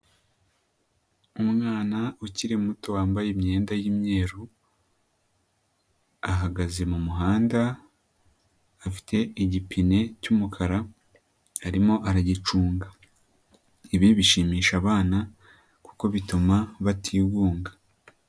Umwana ukiri muto wambaye imyenda y'imyeru, ahagaze mu muhanda afite igipine cy'umukara arimo aragicunga. Ibi bishimisha abana kuko bituma batigunga.